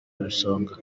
isonga